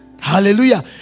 Hallelujah